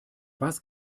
was